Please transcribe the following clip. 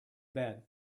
bed